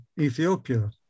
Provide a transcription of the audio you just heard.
Ethiopia